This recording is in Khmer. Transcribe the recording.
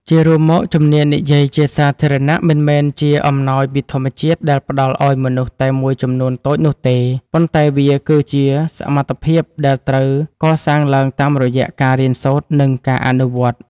ជារួមមក ជំនាញនិយាយជាសាធារណៈមិនមែនជាអំណោយពីធម្មជាតិដែលផ្ដល់ឱ្យមនុស្សតែមួយចំនួនតូចនោះទេ ប៉ុន្តែវាគឺជា សមត្ថភាពដែលត្រូវកសាងឡើងតាមរយៈការរៀនសូត្រ និងការអនុវត្ត។